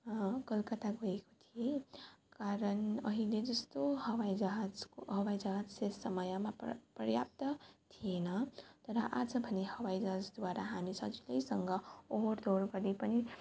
कलकत्ता गएको थिएँ कारण अहिले जस्तो हवाइजहाज हवाइजहाज त्यस समयमा पर्याप्त थिएन तर आज भने हवाइजहाजद्वारा हामी सजिलैसँग ओहोर दोहोर गर्न पनि सक्छौँ